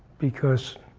because